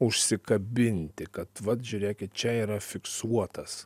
užsikabinti kad vat žiūrėkit čia yra fiksuotas